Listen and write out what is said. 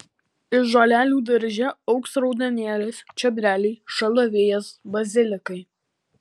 iš žolelių darže augs raudonėlis čiobreliai šalavijas bazilikai